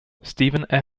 stephen